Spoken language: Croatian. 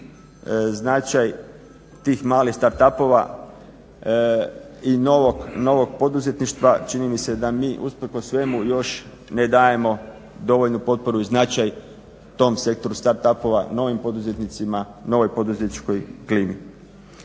značaj tih malih start upova i novog poduzetništva. Čini mi se da mi usprkos svemu još ne dajemo dovoljnu potporu i značaj tom sektoru start upova novim poduzetnicima, novoj poduzetničkoj klimi.